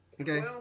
Okay